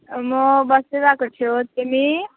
म बसिरहेको छु तिमी